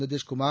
Nitish Kumar